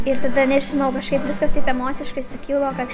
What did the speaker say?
ir tada nežinau kažkaip viskas taip emociškai sukilo kad